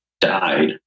died